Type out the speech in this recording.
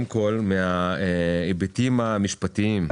מההיבטים המשפטיים,